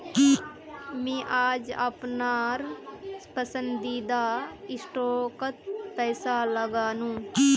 मी आज अपनार पसंदीदा स्टॉकत पैसा लगानु